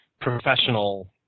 professional